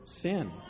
sin